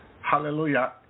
hallelujah